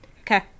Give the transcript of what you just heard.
Okay